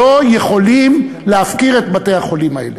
לא יכולים להפקיר את בתי-החולים האלה.